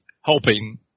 Helping